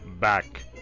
Back